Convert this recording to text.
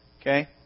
okay